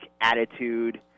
attitude